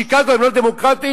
בשיקגו הם לא דמוקרטים?